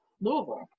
Louisville